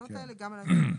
התקנות האלה גם על, עכשיו,